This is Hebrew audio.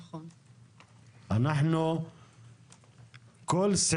אנחנו בסך הכל אז